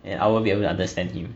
and I won't be able to understand him